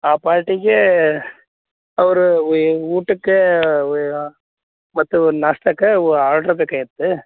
ಆ ಪಾರ್ಟಿಗೆ ಅವರು ಊಟಕ್ಕೆ ಮತ್ತು ನಾಷ್ಟಕ್ಕೆ ವು ಆಡ್ರ್ ಬೇಕಾಗಿತ್ತು